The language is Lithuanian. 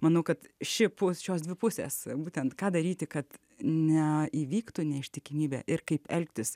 manau kad ši pu šios dvi pusės būtent ką daryti kad neįvyktų neištikimybė ir kaip elgtis